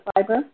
fiber